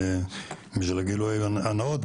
בשביל הגילוי הנאות,